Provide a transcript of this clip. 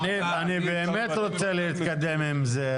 אני באמת רוצה להתקדם עם זה.